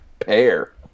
pair